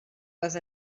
les